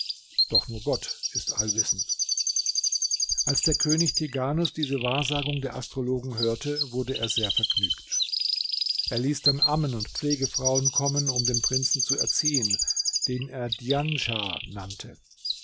gott ist allwissend als der könig tighanus diese wahrsagung der astrologen hörte wurde er sehr vergnügt er ließ dann ammen und pflegefrauen kommen um den prinzen zu erziehen den er djanschah nannte